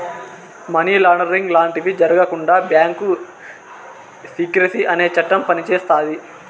money laundering లాంటివి జరగకుండా bank secrecy అనే చట్టం పనిచేస్తాది